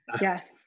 Yes